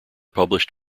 published